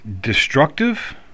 destructive